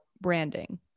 branding